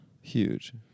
Huge